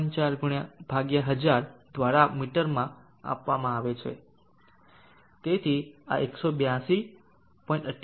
4 1000 દ્વારા મીટરમાં ફેરવી શકાય છે તેથી આ 182